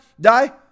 die